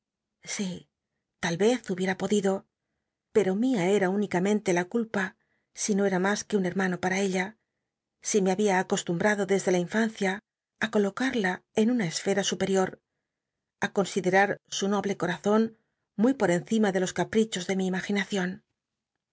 si tal vez hubiera podido pero mi era únicamente la culpa si no eta mas que un hermano pata ella si me había acostumbrado desde la infancia ü colocada en una esfera superior á considerar su noble corazon muy por encima de los caprichos de mi